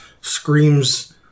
screams